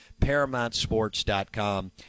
ParamountSports.com